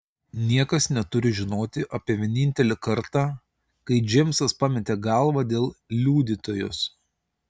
niekas neturi žinoti apie vienintelį kartą kai džeimsas pametė galvą dėl liudytojos